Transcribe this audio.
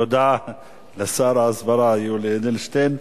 תודה לשר ההסברה יולי אדלשטיין.